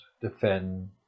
defend